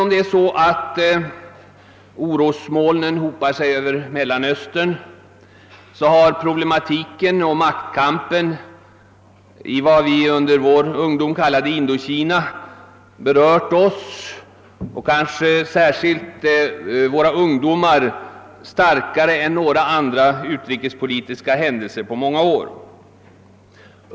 Även om orosmolnen hopar sig över Mellanöstern har problemen och maktkampen i vad vi under vår ungdom kallade Indokina berört oss och kanske särskilt våra ungdomar starkare än några andra utrikespolitiska händelser på många år.